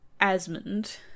Asmund